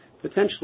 potentially